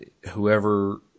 whoever